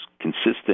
consistent